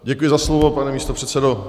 Děkuji za slovo, pane místopředsedo.